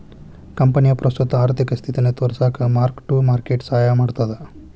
ಕಂಪನಿಯ ಪ್ರಸ್ತುತ ಆರ್ಥಿಕ ಸ್ಥಿತಿನ ತೋರಿಸಕ ಮಾರ್ಕ್ ಟು ಮಾರ್ಕೆಟ್ ಸಹಾಯ ಮಾಡ್ತದ